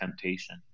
temptation